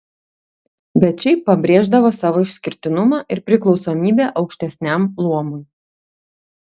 bet šiaip pabrėždavo savo išskirtinumą ir priklausomybę aukštesniam luomui